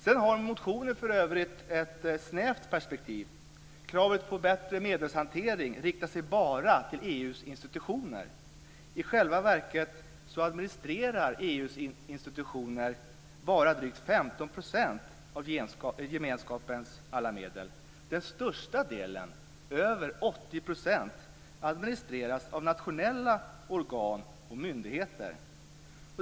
Sedan har motionen för övrigt ett snävt perspektiv. Kravet på bättre medelshantering riktar sig bara till EU:s institutioner. I själva verket administrerar EU:s institutioner bara drygt 15 % av gemenskapens medel. Den största delen - över 80 %- administreras av nationella organ och myndigheter.